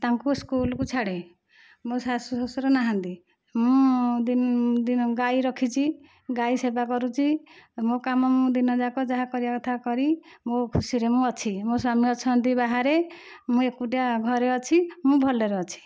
ତାଙ୍କୁ ସ୍କୁଲକୁ ଛାଡ଼େ ମୋ ଶାଶୁ ଶ୍ୱଶୁର ନାହାନ୍ତି ମୁଁ ଦିନ ଦିନ ଗାଈ ରଖିଛି ଗାଈ ସେବା କରୁଛି ମୋ କାମ ମୁଁ ଦିନଯାକ ଯାହା କରିବା କଥା କରି ମୋ ଖୁସିରେ ମୁଁ ଅଛି ମୋ ସ୍ୱାମୀ ଅଛନ୍ତି ବାହାରେ ମୁଁ ଏକୁଟିଆ ଘରେ ଅଛି ମୁଁ ଭଲରେ ଅଛି